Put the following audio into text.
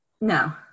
No